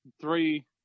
three